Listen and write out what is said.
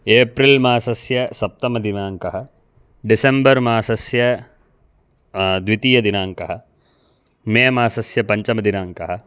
April मासस्य सप्तमदिनाङ्कः December मासस्य द्वितीयदिनाङ्कः मे मासस्य पञ्चमदिनाङ्कः